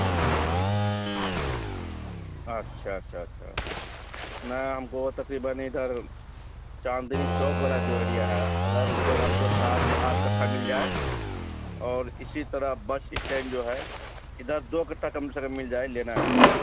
اچھا اچھا اچھا نہ ہم کو وہ تقریباً ادھر چاندنی چوک والا جو ایریا ہے اگر ادھر ہم کو سات سے آٹھ کٹھا مل جائے اور اسی طرح بس اسٹینڈ جو ہے ادھر دو کٹھا کم سے کم مل جائے لینا ہے ہم کو